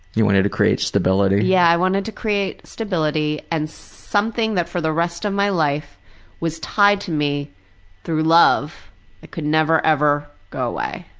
you wanted to create stability. yeah. i wanted to create stability and something that for the rest of my life was tied to me through love that could never ever go away.